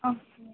okay